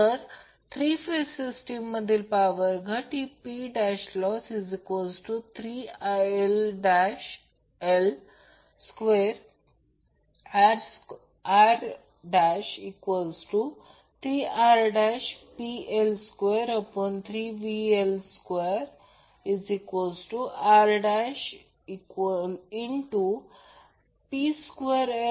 तर three phase system मधील power घट Ploss3IL2R3RPL23VL2RPL2VL2 असेल